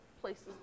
places